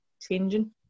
changing